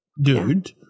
dude